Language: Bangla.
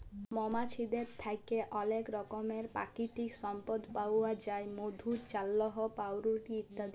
মমাছিদের থ্যাকে অলেক রকমের পাকিতিক সম্পদ পাউয়া যায় মধু, চাল্লাহ, পাউরুটি ইত্যাদি